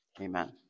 amen